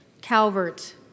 Calvert